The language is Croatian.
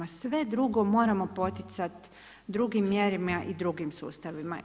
Sve drugo moramo poticat drugim mjerama i drugim sustavima.